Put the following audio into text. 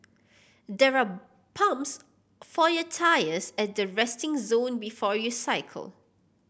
there are pumps for your tyres at the resting zone before you cycle